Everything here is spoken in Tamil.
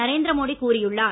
நரேந்திர மோடி கூறியுள்ளார்